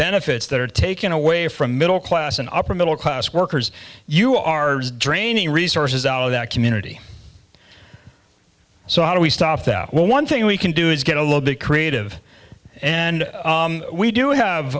benefits that are taken away from middle class and upper middle class workers you are draining resources out of that community so how do we stop that well one thing we can do is get a little bit creative and we do have